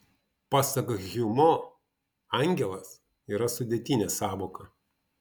pasak hjumo angelas yra sudėtinė sąvoka